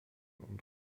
und